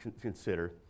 consider